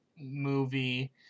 movie